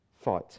fight